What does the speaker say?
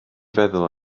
feddwl